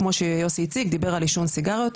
כמו שיוסי הציג ודיבר על עישון סיגריות,